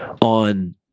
on